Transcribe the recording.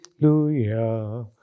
hallelujah